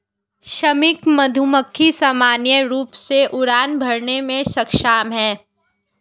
श्रमिक मधुमक्खी सामान्य रूप से उड़ान भरने में सक्षम हैं